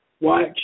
Watch